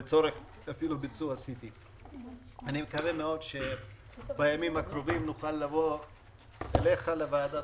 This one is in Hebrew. אני מקווה מאוד שבימים הקרובים נוכל לבוא אליך לוועדת